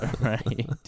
Right